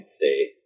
say